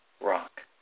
rock